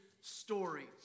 story